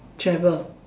travel